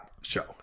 show